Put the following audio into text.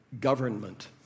government